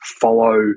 follow